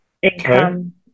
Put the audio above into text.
Income